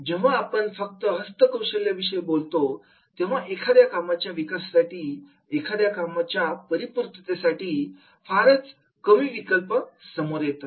जेव्हा आपण फक्त हस्तकौशल्य विषयी बोलतो तेव्हा एखाद्या कामाच्या विकासासाठी एखाद्या कामाच्या परिपूर्णतेसाठी फारच कमी विकल्प समोर येतात